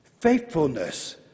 faithfulness